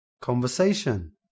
Conversation